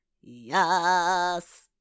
yes